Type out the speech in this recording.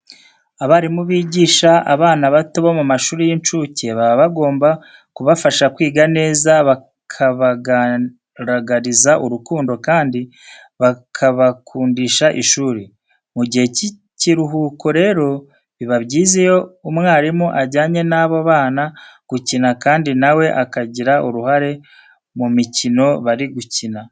Abarimu bigisha abana bato bo mu mashuri y'incuke, baba bagomba kubafasha kwiga neza bakabagaragariza urukundo kandi bakabakundisha ishuri. Mu gihe cy'ikiruhuko rero, biba byiza iyo umwarimu ajyanye n'abo bana gukina kandi na we akagira uruhare mu mikino bari gukina.